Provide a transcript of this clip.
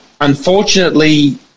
Unfortunately